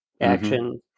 action